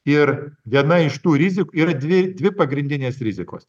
ir viena iš tų rizikų ir dvi dvi pagrindinės rizikos